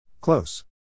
Close